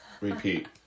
Repeat